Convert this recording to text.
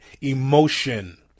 emotion